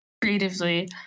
creatively